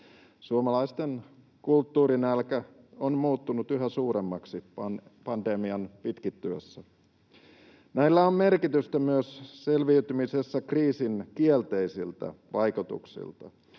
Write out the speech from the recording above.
Suomalaisten kulttuurinnälkä on muuttunut yhä suuremmaksi pandemian pitkittyessä. Näillä on merkitystä myös selviytymisessä kriisin kielteisiltä vaikutuksilta.